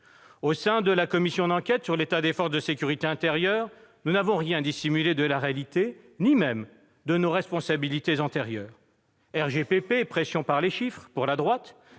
Au sein de la commission d'enquête sur l'état des forces de sécurité intérieure, nous n'avons rien dissimulé de la réalité, ni même de nos responsabilités antérieures : RGPP et pression par les chiffres pour la droite